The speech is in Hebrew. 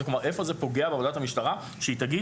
היכן זה פוגע בעבודת המשטרה כשהיא תגיד